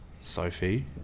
Sophie